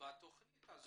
ביישום התכנית.